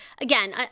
again